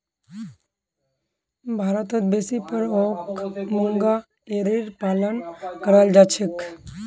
भारतत बेसी पर ओक मूंगा एरीर पालन कराल जा छेक